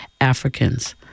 Africans